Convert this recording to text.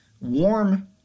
warm